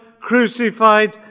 crucified